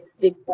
big